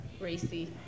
racy